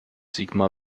sigmar